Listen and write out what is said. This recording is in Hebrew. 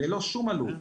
ללא שום עלות.